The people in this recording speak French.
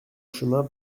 chemin